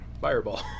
Fireball